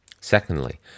Secondly